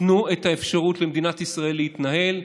תנו את האפשרות למדינת ישראל להתנהל.